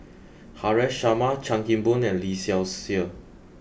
Haresh Sharma Chan Kim Boon and Lee Seow Ser